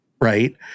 right